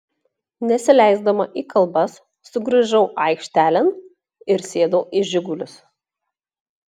nesileisdama į kalbas sugrįžau aikštelėn ir sėdau į žigulius